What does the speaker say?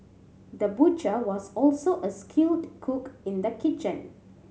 the butcher was also a skilled cook in the kitchen